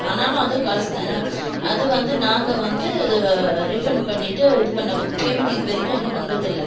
ஆனாலும் அதுவும் காசு தான் அது வந்து நாங்கள் வந்து ரீஃபண்ட் பண்ணிவிட்டு இது பண்ணப்போது பேமண்ட் இது வரைக்கும் எனக்கு வந்தது இல்லை